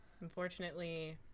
Unfortunately